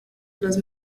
los